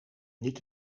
niet